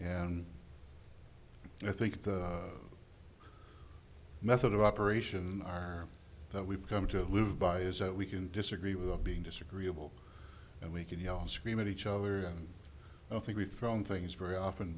and i think the method of operation that we've come to live by is that we can disagree without being disagreeable and we can yell and scream at each other and i think we've thrown things very often